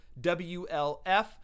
WLF